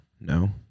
No